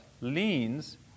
leans